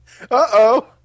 Uh-oh